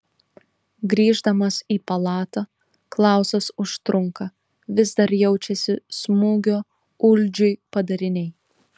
grįždamas į palatą klausas užtrunka vis dar jaučiasi smūgio uldžiui padariniai